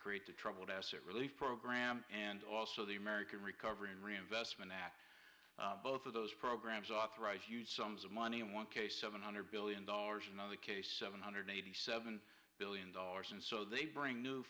create the troubled asset relief program and also the american recovery and reinvestment act both of those programs authorized huge sums of money in one case seven hundred billion dollars in the case of one hundred eighty seven billion dollars and so they bring new